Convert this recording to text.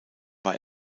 war